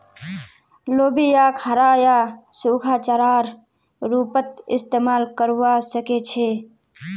लोबियाक हरा या सूखा चारार रूपत इस्तमाल करवा सके छे